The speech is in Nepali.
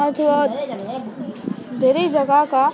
अथवा धेरै जग्गाका